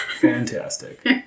Fantastic